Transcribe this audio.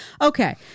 Okay